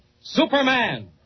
Superman